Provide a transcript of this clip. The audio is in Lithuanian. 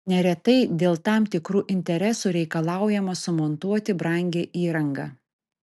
neretai dėl tam tikrų interesų reikalaujama sumontuoti brangią įrangą